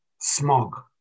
smog